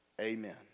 Amen